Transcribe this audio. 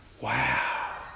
Wow